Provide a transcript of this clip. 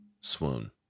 swoon